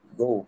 go